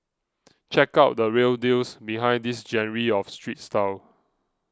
check out the real deals behind this genre of street style